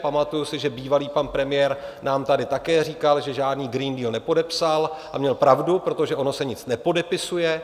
Pamatuji si, že bývalý pan premiér nám tady také říkal, že žádný Green Deal nepodepsal, a měl pravdu, protože ono se nic nepodepisuje.